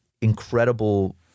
incredible